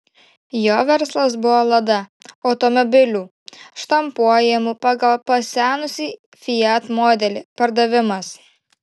jo verslas buvo lada automobilių štampuojamų pagal pasenusį fiat modelį pardavimas